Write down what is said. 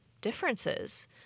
differences